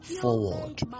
forward